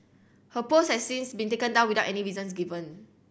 her post has since been taken down without any reasons given